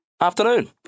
afternoon